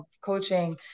coaching